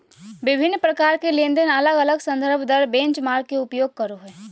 विभिन्न प्रकार के लेनदेन अलग अलग संदर्भ दर बेंचमार्क के उपयोग करो हइ